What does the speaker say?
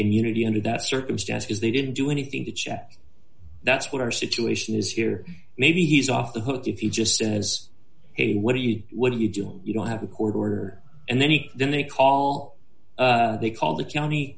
immunity under that circumstances they didn't do anything to check that's what our situation is here maybe he's off the hook if you just as a what do you do what do you do if you don't have a court order and then he then they call they call the county